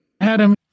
Adam